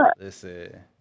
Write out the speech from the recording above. Listen